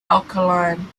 alkaline